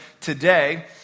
today